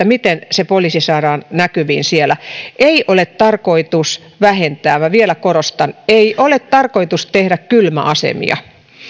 miten poliisi saadaan näkyviin ei ole tarkoitus vähentää minä vielä korostan ei ole tarkoitus tehdä kylmäasemia